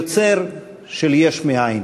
יוצר של יש מאין.